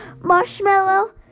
Marshmallow